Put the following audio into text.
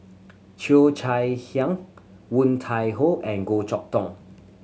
Cheo Chai Hiang Woon Tai Ho and Goh Chok Tong